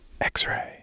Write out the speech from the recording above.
X-Ray